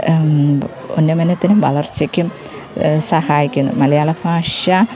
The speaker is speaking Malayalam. ഉന്നമനത്തിനും വളർച്ചയ്ക്കും സഹായിക്കുന്നു മലയാള ഭാഷ